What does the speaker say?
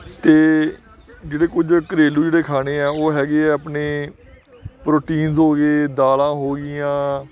ਅਤੇ ਜਿਹੜੇ ਕੁਝ ਘਰੇਲੂ ਜਿਹੜੇ ਖਾਣੇ ਆ ਉਹ ਹੈਗੇ ਆ ਆਪਣੇ ਪ੍ਰੋਟੀਨਸ ਹੋ ਗਏ ਦਾਲਾਂ ਹੋ ਗਈਆਂ